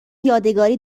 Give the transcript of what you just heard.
یادگاری